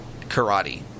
karate